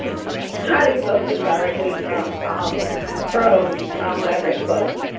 try to get those books directly from um from um labyrinth books.